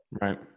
Right